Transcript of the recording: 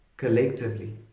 collectively